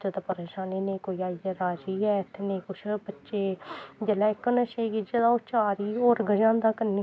जैदा परेशानी नेईं कोई आइयै राजी ऐ इत्थै नेईं कुछ बच्चे जेल्लै इक नशे गी गिज्झै दा ओह् चार गी होर गझांदा कन्नै